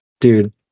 dude